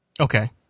Okay